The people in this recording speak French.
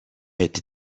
été